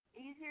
easier